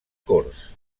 corts